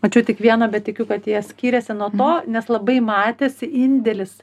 mačiau tik vieną bet tikiu kad jie skyrėsi nuo to nes labai matėsi indėlis